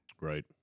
Right